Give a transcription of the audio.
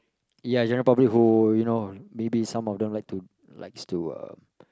ya general public who you know maybe some of them like to likes to uh